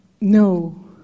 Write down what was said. No